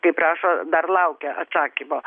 kaip rašo dar laukia atsakymo